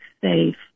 safe